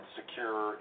secure